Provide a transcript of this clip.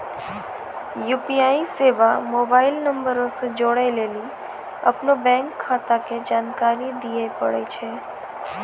UPI सेबा mobile नंबरो से जोड़ै लेली अपनो बैंक खाता के जानकारी दिये पड़ै छै